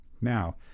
Now